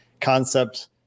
concept